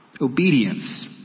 Obedience